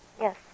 Yes